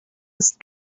ist